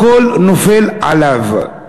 הכול נופל עליו.